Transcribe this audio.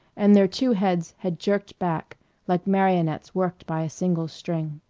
and their two heads had jerked back like marionettes worked by a single string.